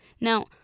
Now